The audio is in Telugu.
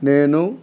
నేను